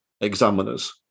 examiners